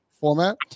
format